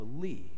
believe